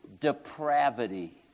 depravity